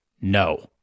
no